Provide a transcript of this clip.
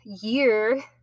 year